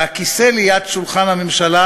שהכיסא ליד שולחן הממשלה,